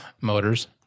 motors